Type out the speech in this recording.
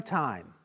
time